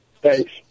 Thanks